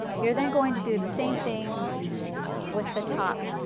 you are then going to do the same thing with the top